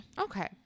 Okay